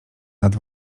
nad